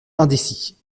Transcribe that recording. indécis